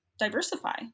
diversify